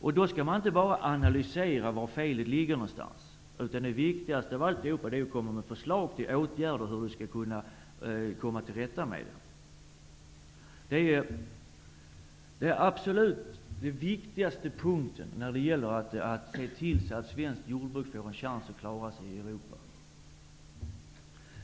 Man skall inte bara analysera var felen ligger, utan det viktigaste är att komma med förslag till åtgärder för att komma till rätta med felaktigheterna. Det är den absolut viktigaste punkten när det gäller att se till att svenskt jordbruk skall få en chans att klara sig i Europa.